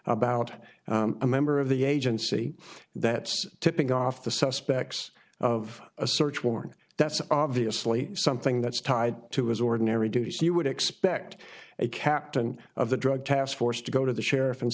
about a member of the agency that's tipping off the suspects of a search warrant that's obviously something that's tied to his ordinary duties you would expect a captain of the drug task force to go to the sheriff and